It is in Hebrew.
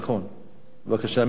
מי שבעד, בעד ועדה.